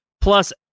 plus